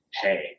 hey